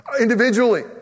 individually